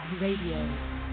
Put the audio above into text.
RADIO